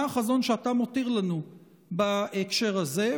מהו החזון שאתה מותיר לנו בהקשר הזה?